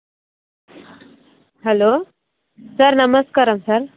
hello sir నమస్కారం sir